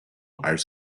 als